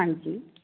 ਹਾਂਜੀ